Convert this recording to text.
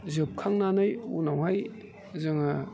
जोबखांनानै उनावहाय जोङो